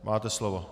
Máte slovo.